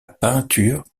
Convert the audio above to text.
peinture